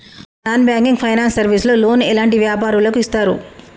Non banking finance service లో loan ఎలాంటి వ్యాపారులకు ఇస్తరు?